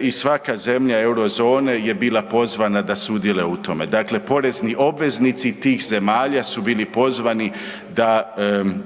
i svaka zemlja Eurozone je bila pozvana da sudjeluje u tome. Dakle, porezni obveznici tih zemalja su bili pozvani da zapravo